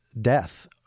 death